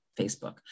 Facebook